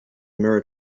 mirror